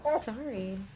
Sorry